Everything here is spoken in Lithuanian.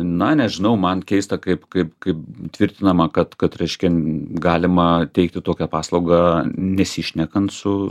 na nežinau man keista kaip kaip kaip tvirtinama kad kad reiškia galima teikti tokią paslaugą nesišnekant su